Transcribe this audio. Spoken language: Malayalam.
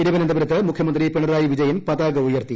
തിരുവനന്തപുരത്ത് മുഖ്യമന്ത്രി പിണറായി വിജയൻ പതാക ഉയർത്തി